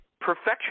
perfection